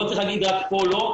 לא צריך להגיד רק פה לא.